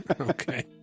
Okay